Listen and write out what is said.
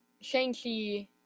Shang-Chi